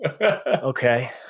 Okay